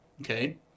Okay